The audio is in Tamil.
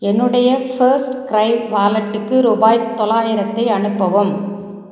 என்னுடைய ஃபஸ்ட் க்ரை வாலெட்டுக்கு ரூபாய் தொள்ளாயிரத்தை அனுப்பவும்